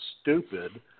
stupid